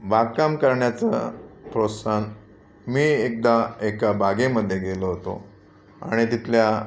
बागकाम करण्याचं प्रोत्साहन मी एकदा एका बागेमध्ये गेलो होतो आणि तिथल्या